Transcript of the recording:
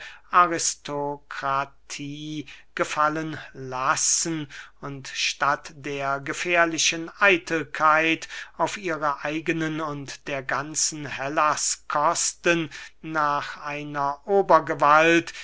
aristokratie gefallen lassen und statt der gefährlichen eitelkeit auf ihre eigenen und der ganzen hellas kosten nach einer obergewalt